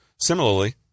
Similarly